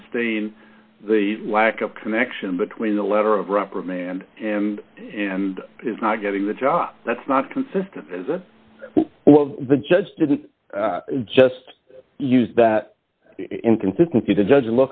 sustain the lack of connection between the letter of reprimand and and his not getting the job that's not consistent as well of the judge didn't just use that inconsistency the judge